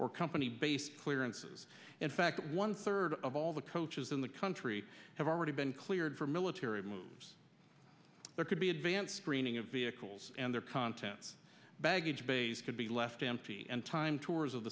or company based clearances in fact one third of all the coaches in the country have already been cleared for military moves there could be advanced screening of vehicles and their contents baggage bays could be left empty and time tours of